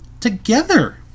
Together